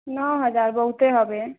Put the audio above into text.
नओ हजार बहुते हबे